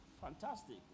Fantastic